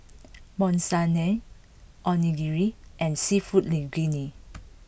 Monsunabe Onigiri and Seafood Linguine